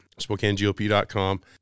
spokanegop.com